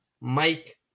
Mike